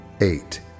eight